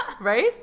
Right